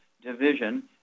division